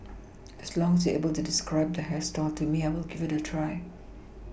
as long as they are able to describe the hairstyle to me I will give it a try